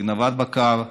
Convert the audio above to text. בגנבת בקר,